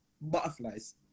butterflies